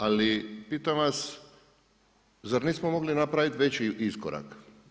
Ali pitam vas zar nismo mogli napraviti veći iskorak?